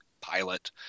pilot